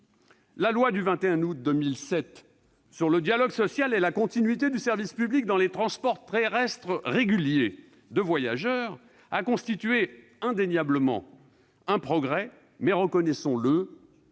La loi du 21 août 2007 sur le dialogue social et la continuité du service public dans les transports terrestres réguliers de voyageurs a constitué indéniablement un progrès, mais, reconnaissons-le,